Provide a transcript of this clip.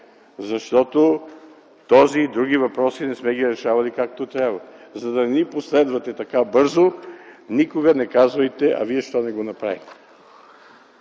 защото този и други въпроси не сме ги решавали, както трябва. За да не ни последвате така бързо, никога не казвайте: „А вие защо не го направихте?”.